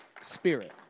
spirit